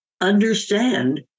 understand